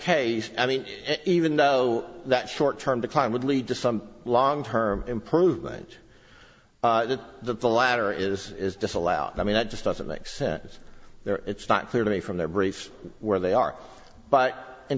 case i mean even though that short term decline would lead to some long term improvement that the latter is is disallowed i mean that just doesn't make sense there it's not clear to me from their brief where they are but in